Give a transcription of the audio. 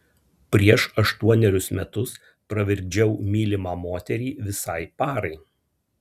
prieš aštuonerius metus pravirkdžiau mylimą moterį visai parai